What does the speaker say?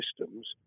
systems